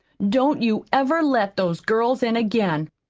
don't you ever let those girls in again.